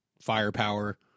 firepower